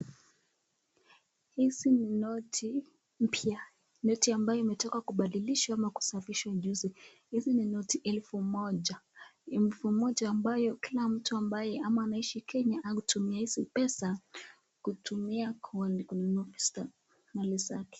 Hizi ni noti mpya, noti ambayo imetoka kubadilishwa ama kusafishwa juzi, hizi ni noti elfu moja, elfu moja ambayo kila mtu ambaye ama anaishi Kenya hutumia hizi pesa kutumia kununua mali zake.